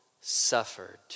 suffered